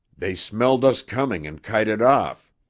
they smelled us coming and kited off,